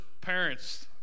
parents